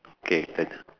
okay n~